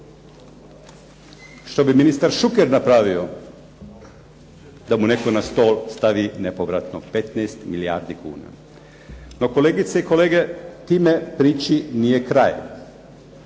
Što mi ministar Šuker napravio da mu netko na stol stavi nepovratno 15 milijardi kuna? No kolegice i kolege, time priči nije kraj.